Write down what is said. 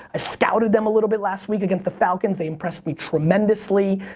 i scouted them a little bit last week against the falcons. they impressed me tremendously.